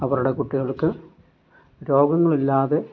അവരുടെ കുട്ടികൾക്ക് രോഗങ്ങളില്ലാതെ